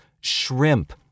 shrimp